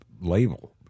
label